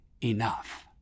enough